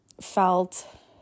felt